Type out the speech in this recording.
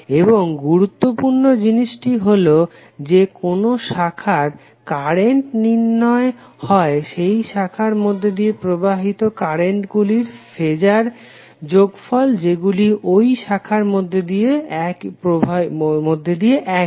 এবং গুরুত্বপূর্ণ জিনিসটি হলো যে কোনো শাখার কারেন্ট নির্ণয় হয় সেই শাখার মধ্যে দিয়ে প্রবাহিত কারেন্টগুলির ফেজার যোগফল যেগুলি ঐ শাখার মধ্যে দিয়ে একই